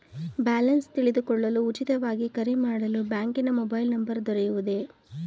Balance ತಿಳಿದುಕೊಳ್ಳಲು ಉಚಿತವಾಗಿ ಕರೆ ಮಾಡಲು ಬ್ಯಾಂಕಿನ ಮೊಬೈಲ್ ನಂಬರ್ ದೊರೆಯುವುದೇ?